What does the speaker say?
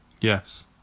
Yes